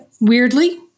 Weirdly